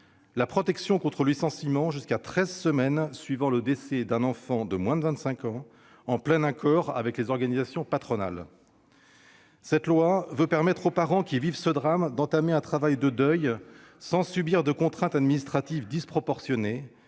la protection contre le licenciement jusqu'à treize semaines suivant le décès d'un enfant âgé de moins de 25 ans, en plein accord avec les organisations patronales. La présente proposition de loi vise à permettre aux parents qui vivent un tel drame d'entamer un travail de deuil sans subir de contraintes administratives disproportionnées